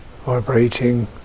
vibrating